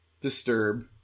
disturb